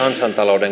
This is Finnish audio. kansantalouden